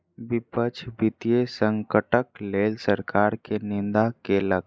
विपक्ष वित्तीय संकटक लेल सरकार के निंदा केलक